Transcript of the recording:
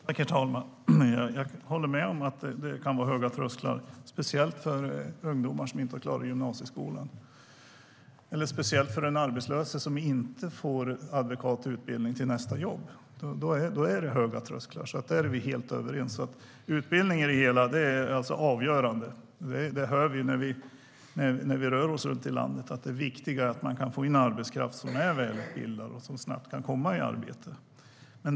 Herr talman! Jag håller med om att trösklarna kan vara höga, speciellt för ungdomar som inte har klarat gymnasieskolan eller särskilt för den arbetslöse som inte får adekvat utbildning till nästa jobb. Då är det höga trösklar. Där är vi helt överens. Utbildning är alltså avgörande. Det hör vi när vi rör oss i landet. Det viktiga är att man kan få in arbetskraft som är välutbildad och snabbt kan komma i arbete.